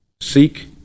Seek